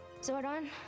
Zordon